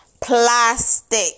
plastic